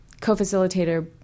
co-facilitator